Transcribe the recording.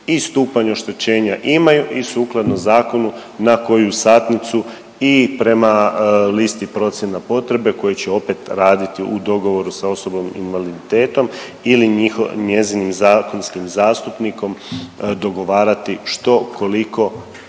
i stupanj oštećenja imaju i sukladno zakonu na koju satnicu i prema listi procjena potrebe koje će opet raditi u dogovoru sa osobom invaliditetom ili njezinim zakonskim zastupnikom dogovarati što, koliko,